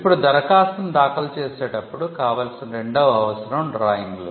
ఇప్పుడు దరఖాస్తును దాఖలు చేసేటప్పుడు కావాల్సిన రెండవ అవసరం డ్రాయింగ్లు